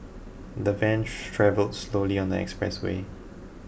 the van travelled slowly on the expressway